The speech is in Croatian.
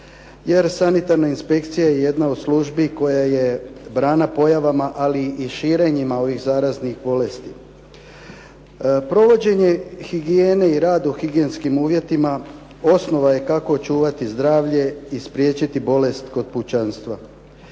jer sanitarna inspekcija je jedna od službi koja je brana pojavama, ali i širenjima ovih zaraznih bolesti. Provođenje higijene i rad u higijenskim uvjetima osnova je kako očuvati zdravlje i spriječiti bolest kod pučanstva.